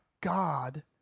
God